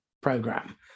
program